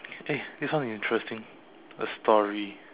eh this one interesting a story